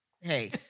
hey